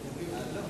גברתי היושבת-ראש,